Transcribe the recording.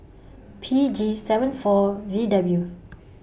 P G seven four V W